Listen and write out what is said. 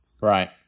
Right